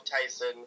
Tyson